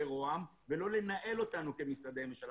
לראש הממשלה ולא לנהל אותנו כמשרדי ממשלה.